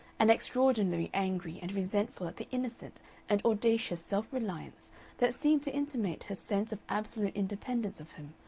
and extraordinarily angry and resentful at the innocent and audacious self-reliance that seemed to intimate her sense of absolute independence of him,